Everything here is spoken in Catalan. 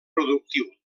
productiu